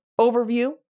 overview